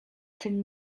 tym